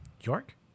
York